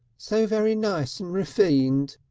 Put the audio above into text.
so very nice and refined,